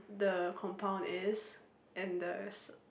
the compound is and the s~